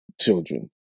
children